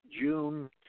June